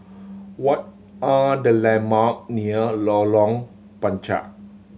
what are the landmark near Lorong Panchar